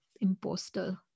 imposter